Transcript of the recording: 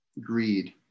greed